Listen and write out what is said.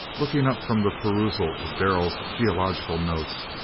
looking up from the perusal of darrell's geological notes,